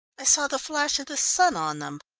i saw the flash of the sun on them.